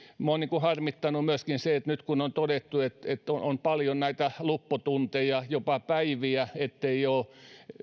minua on harmittanut myöskin se nyt kun on todettu että on paljon näitä luppotunteja jopa päiviä ettei ole